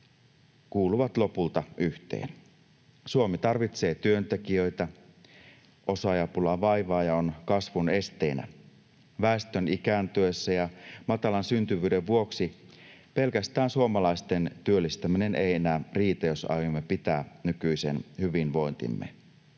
kuuluvat lopulta yhteen. Suomi tarvitsee työntekijöitä: osaajapula vaivaa ja on kasvun esteenä. Väestön ikääntyessä ja matalan syntyvyyden vuoksi pelkästään suomalaisten työllistäminen ei enää riitä, jos aiomme pitää nykyisen hyvinvointimme.